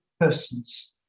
persons